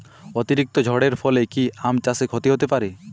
অতিরিক্ত ঝড়ের ফলে কি আম চাষে ক্ষতি হতে পারে?